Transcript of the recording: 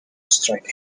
strike